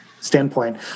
standpoint